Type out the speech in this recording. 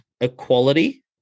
equality